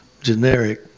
generic